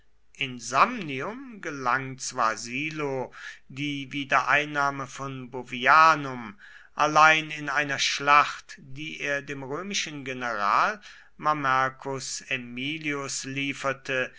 in samnium gelang zwar silo die wiedereinnahme von bovianum allein in einer schlacht die er dem römischen general mamercus aemilius lieferte